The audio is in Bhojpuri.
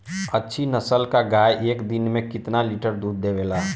अच्छी नस्ल क गाय एक दिन में केतना लीटर दूध देवे ला?